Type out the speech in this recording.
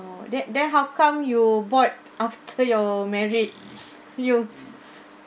oh then then how come you bought after you're married you